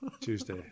Tuesday